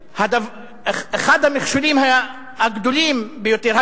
הן אחד המכשולים הגדולים ביותר,